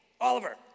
Oliver